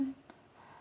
one